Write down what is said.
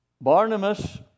Barnabas